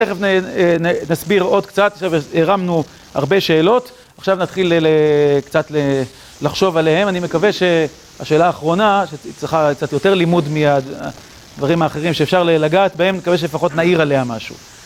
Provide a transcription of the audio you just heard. תכף נסביר עוד קצת, עכשיו הרמנו הרבה שאלות, עכשיו נתחיל קצת לחשוב עליהן. אני מקווה שהשאלה האחרונה, שצריכה קצת יותר לימוד מהדברים האחרים שאפשר לגעת בהם, נקווה שפחות נעיר עליה משהו.